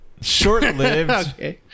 Short-lived